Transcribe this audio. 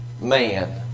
man